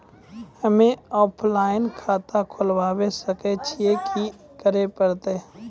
हम्मे ऑफलाइन खाता खोलबावे सकय छियै, की करे परतै?